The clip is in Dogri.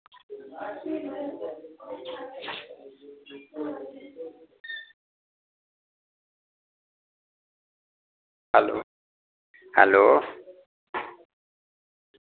hello hello